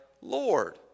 Lord